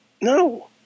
No